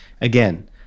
again